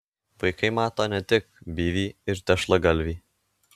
vaikai mato ne tik byvį ir tešlagalvį